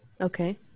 okay